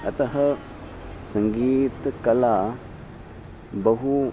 अतः सङ्गीतकला बहु